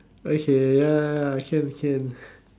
okay ya ya ya can can